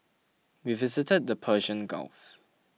we visited the Persian Gulf